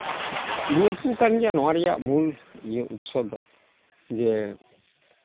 ᱱᱤᱭᱟᱹ ᱠᱚ ᱠᱟᱱ ᱜᱮᱭᱟ ᱱᱚᱣᱟ ᱨᱮᱭᱟᱜ ᱢᱩᱞ ᱤᱭᱟᱹ ᱩᱛᱥᱚ ᱫᱚ ᱡᱮ